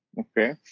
Okay